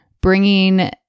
bringing